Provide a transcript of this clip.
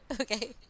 Okay